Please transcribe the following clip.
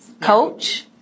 Coach